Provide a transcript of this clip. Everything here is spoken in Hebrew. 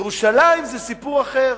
ירושלים זה סיפור אחר.